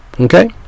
Okay